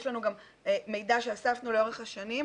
יש לנו גם מידע שאספנו לאורך השנים,